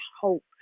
hope